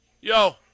Yo